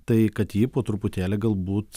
tai kad ji po truputėlį galbūt